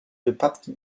wypadki